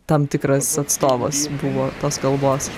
tam tikras atstovas buvo tos kalbos